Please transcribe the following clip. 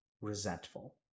resentful